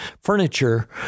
furniture